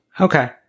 Okay